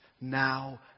now